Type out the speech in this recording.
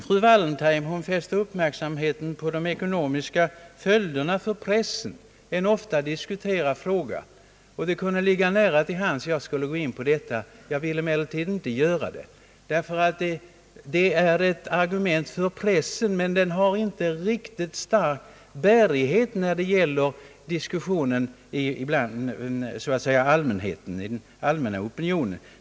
Fru Wallentheim fäste uppmärksamheten på de ekonomiska följderna för pressen vid en åtgärd av detta slag — en ofta diskuterad fråga — och det kunde ligga nära till hands att jag skulle gå in på detta, men jag vill inte göra det. Detta är ett argument för pressen, men det har inte någon större bärighet när det gäller den allmänna opinionen.